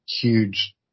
huge